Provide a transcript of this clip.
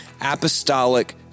apostolic